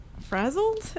frazzled